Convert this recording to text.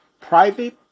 private